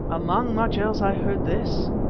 among much else i heard this,